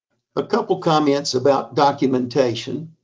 a couple comments about documentation.